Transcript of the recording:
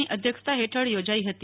ની અધ્યક્ષતા હેઠળ યોજાઇ હતી